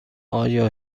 آیا